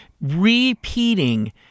repeating